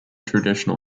traditional